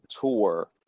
tour